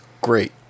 great